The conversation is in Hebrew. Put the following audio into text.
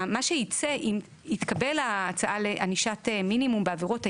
מה שיצא אם יתקבל ההצעה לענישת מינימום בעבירות הירי,